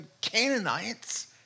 Canaanites